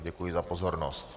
Děkuji za pozornost.